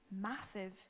massive